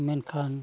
ᱢᱮᱱᱷᱟᱱ